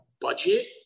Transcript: budget